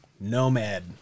Nomad